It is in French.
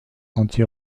anti